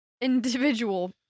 individual